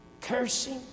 cursing